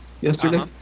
yesterday